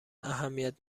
اهمیت